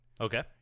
Okay